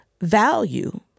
value